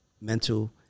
mental